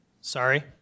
Sorry